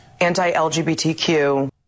anti-LGBTQ